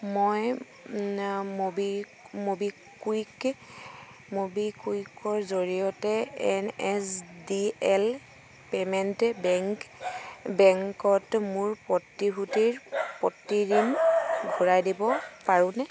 মই ম'বিকুইকৰ জৰিয়তে N S D L payment bank বেংকত মোৰ প্ৰতিভূতিৰ প্ৰতি ঋণ ঘূৰাই দিব পাৰোঁনে